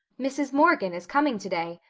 mrs. morgan is coming today.